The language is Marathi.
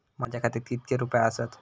माझ्या खात्यात कितके रुपये आसत?